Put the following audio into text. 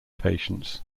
patients